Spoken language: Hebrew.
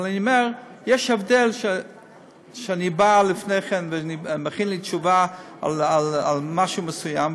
אבל אני אומר: יש הבדל שאני בא לפני כן ומכין לי תשובה על משהו מסוים,